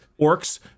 orcs